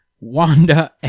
Wanda